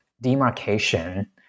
demarcation